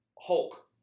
Hulk